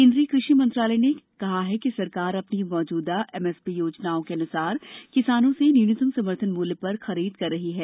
केन्द्रीय कृषि मंत्रालय ने कहा कि सरकार अपनी मौजूदा एम एसपी योजनाओं के अनुसार किसानों से न्यूनतम समर्थन मूल्य पर खरीद कर रही है